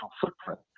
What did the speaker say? footprint